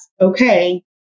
okay